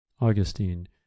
Augustine